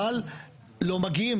אבל לא מגיעים